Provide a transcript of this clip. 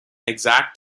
exact